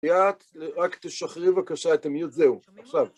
ליאת, רק תשחררי בבקשה את המיוט זהו, עכשיו.